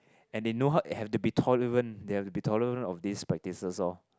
and they know have to be tolerant they have to be tolerant of this practices oh